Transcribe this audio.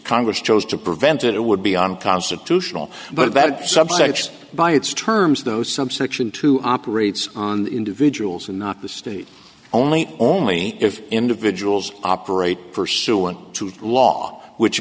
congress chose to prevent it it would be unconstitutional but that subsection by its terms those subsection two operates on individuals and not the state only only if individuals operate pursuant to law which